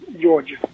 Georgia